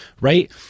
right